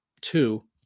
Two